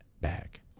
back